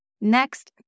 Next